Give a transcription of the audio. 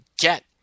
get